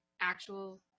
actual